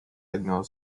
letter